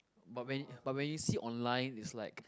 but when but when you see online is like